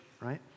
right